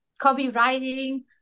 copywriting